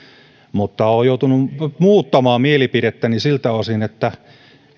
mutta olen joutunut muuttamaan mielipidettäni siltä osin että